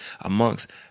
amongst